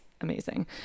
amazing